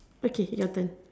okay your turn